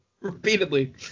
Repeatedly